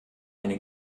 eine